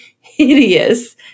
hideous